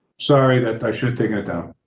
sorry that i should taking it down.